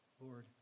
Lord